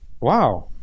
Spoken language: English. Wow